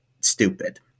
stupid